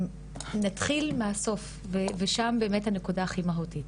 נתחיל מהסוף, שם באמת הנקודה הכי מהותית.